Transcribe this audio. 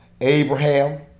abraham